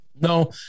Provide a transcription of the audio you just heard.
No